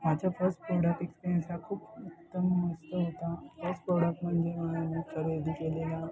माझा first product experience हा खूप एकदम मस्त होता फस्ट प्रोडक्ट म्हणजे मी खरेदी केलेला